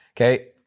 okay